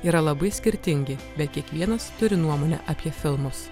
yra labai skirtingi bet kiekvienas turi nuomonę apie filmus